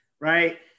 right